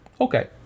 Okay